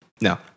No